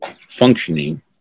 functioning